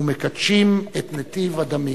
ומקדשים את נתיב הדמים.